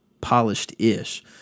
polished-ish